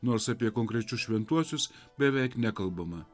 nors apie konkrečius šventuosius beveik nekalbama